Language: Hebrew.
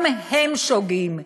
גם הם שוגים.